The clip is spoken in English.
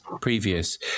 previous